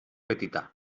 petita